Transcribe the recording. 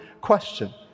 question